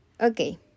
Okay